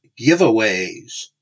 giveaways